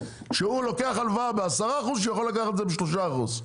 שהוא לוקח הלוואה ב-10% כשהוא יכול לקחת את זה ב-3%.